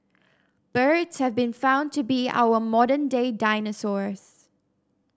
birds have been found to be our modern day dinosaurs